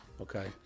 okay